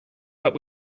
but